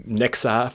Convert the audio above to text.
nexa